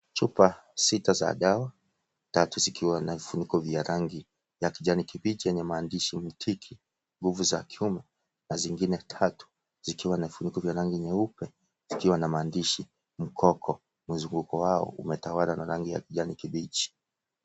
Chupa sita za dawa. Tatu zikiwa na vifuniko vya rangi ya kijani kibichi chenye maandishi Mtiki, nguvu za kiume, na zingine tatu zikiwa na vifuniko vya rangi nyeupe zikiwa na maandishi , mkoko, mzunguko wao umetawalwa na rangi ya kijani kibichi.